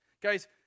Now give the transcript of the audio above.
guys